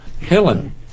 Helen